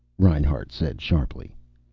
reinhart said sharply.